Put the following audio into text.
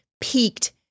peaked